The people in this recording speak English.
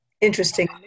interesting